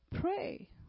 Pray